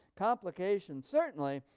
complication certainly,